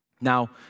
Now